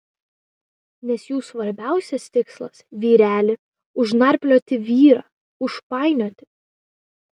nes jų svarbiausias tikslas vyreli užnarplioti vyrą užpainioti